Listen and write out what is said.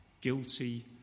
guilty